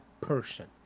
person